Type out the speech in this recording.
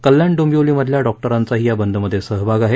कल्याण डोंबिवली मधल्या डॉक्टरांचाही या बंद मध्ये सहभाग आहे